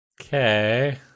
Okay